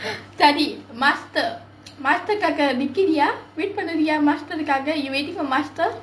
study master master காக நிக்கிறியா:kaaga nikkiriyaa wait பண்ணுவியா:pannuviyaa master ருகாக:rukaaga you waiting for master